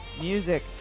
Music